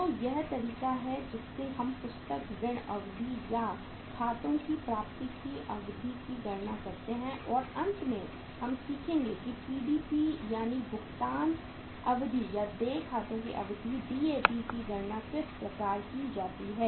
तो यह तरीका है जिससे हम पुस्तक ऋण अवधि या खातों की प्राप्ति की अवधि की गणना करते हैं और अंत में हम सीखेंगे कि PDP यानी भुगतान अवधि या देय खातों की अवधि DAP की गणना किस प्रकार की जाती है